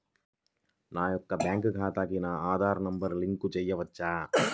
నా యొక్క బ్యాంక్ ఖాతాకి నా ఆధార్ నంబర్ లింక్ చేయవచ్చా?